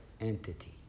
entity